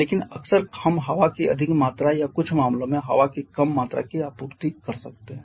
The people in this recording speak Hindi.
लेकिन अक्सर हम हवा की अधिक मात्रा या कुछ मामलों में हवा की कम मात्रा की आपूर्ति कर सकते हैं